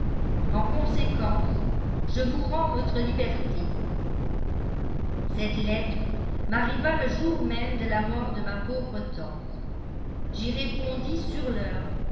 en conséquence je vous rends votre liberté cette lettre m'arriva le jour même de la mort de ma pauvre tante j'y répondis sur l'heure